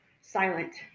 Silent